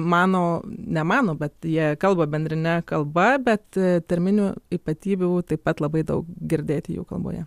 mano nemano bet jie kalba bendrine kalba bet tarminių ypatybių taip pat labai daug girdėti jų kalboje